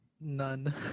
none